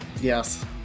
Yes